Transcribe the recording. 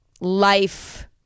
life